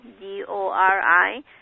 D-O-R-I